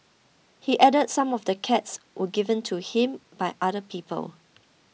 he added some of the cats were given to him by other people